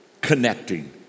connecting